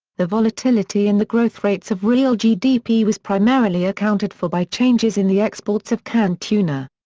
the volatility in the growth rates of real gdp was primarily accounted for by changes in the exports of canned tuna.